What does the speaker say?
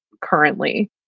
currently